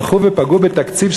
הלכו ופגעו בתקציב,